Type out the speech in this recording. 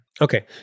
Okay